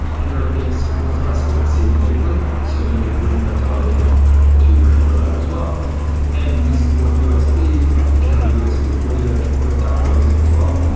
android things supports i so two c natively, so you could bring that data in to your android app as well and we support usb, like if you have a usb audio input that plugs in as well.